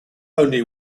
only